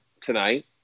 tonight